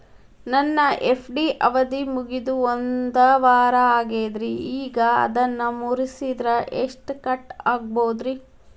ನನ್ನ ಎಫ್.ಡಿ ಅವಧಿ ಮುಗಿದು ಒಂದವಾರ ಆಗೇದ್ರಿ ಈಗ ಅದನ್ನ ಮುರಿಸಿದ್ರ ಎಷ್ಟ ಕಟ್ ಆಗ್ಬೋದ್ರಿ?